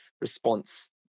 response